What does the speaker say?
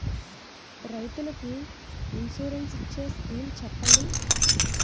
రైతులు కి ఇన్సురెన్స్ ఇచ్చే స్కీమ్స్ చెప్పండి?